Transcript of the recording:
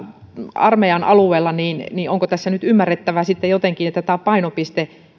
armeijan alueella niin niin onko tässä nyt ymmärrettävä jotenkin niin että tätä painopistettä